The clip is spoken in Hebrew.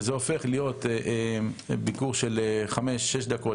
כשזה הופך להיות ביקור של 5-6 דקות,